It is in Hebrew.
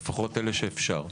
לפחות אלה שאפשר.